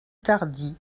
tardy